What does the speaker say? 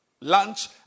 lunch